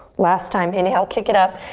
last time, inhale, kick it up,